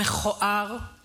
מכוער,